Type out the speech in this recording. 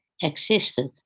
existed